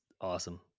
awesome